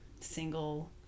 single